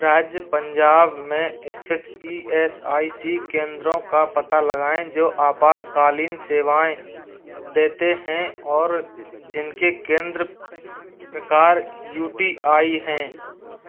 राज्य पंजाब में स्थित ई एस आई सी केंद्रों का पता लगाएँ जो आपातकालीन सेवाएँ देते हैं और जिनके केंद्र प्रकार यू टी आई हैं